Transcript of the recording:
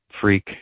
freak